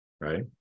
right